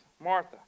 Martha